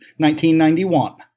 1991